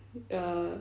the~